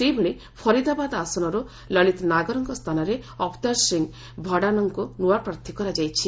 ସେହିଭଳି ଫରିଦାବାଦ ଆସନରୁ ଲଳିତ ନାଗରଙ୍କ ସ୍ଥାନରେ ଅବତାର ସିଂହ ଭଡାନାଙ୍କୁ ନୂଆ ପ୍ରାର୍ଥୀ କରାଯାଇଛି